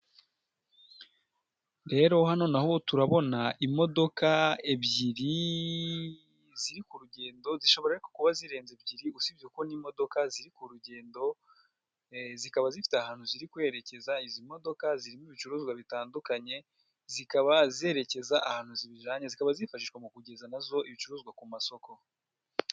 Rero hano naho turabona imodoka ebyiri ziri ku rugendo zishobora ariko kuba zirenze ebyiri usibye ko n'imodoka ziri ku rugendo zikaba zifite ahantu ziri kwerekeza izi modoka zirimo ibicuruzwa bitandukanye zikaba zerekeza ahantu zibijanye, zikaba zifashishwa mu kugeza nazo ibicuruzwa ku masoko.